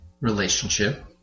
relationship